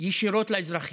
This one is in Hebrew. ישירות לאזרחים.